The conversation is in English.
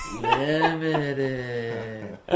Limited